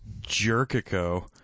Jericho